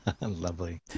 Lovely